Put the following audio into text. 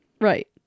Right